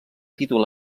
títol